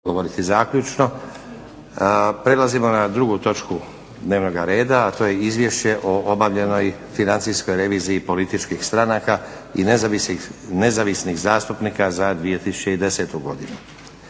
Nenad (SDP)** prelazimo na 2. točku dnevnog reda a to je - Izvješće o obavljenoj financijskoj reviziji političkih stranaka i nezavisnih zastupnika za 2010. godinu.